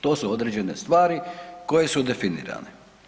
To su određene stvari koje su definirane.